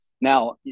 Now